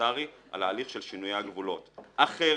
פרלמנטרי על ההליך של שינויי הגבולות אחרת,